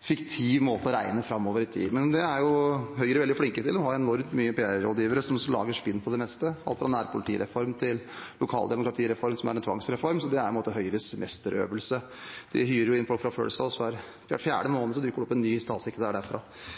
fiktiv måte å regne framover i tid på. Men det er Høyre veldig flinke til. De har enormt mange PR-rådgivere som lager spinn på det meste, alt fra nærpolitireform til lokaldemokratireform, som er en tvangsreform, så det er Høyres mesterøvelse. De hyrer inn folk fra First House. Hver fjerde måned dukker det opp en ny statssekretær derfra.